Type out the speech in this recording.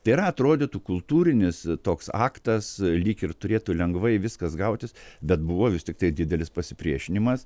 tai yra atrodytų kultūrinis toks aktas lyg ir turėtų lengvai viskas gautis bet buvo vis tiktai didelis pasipriešinimas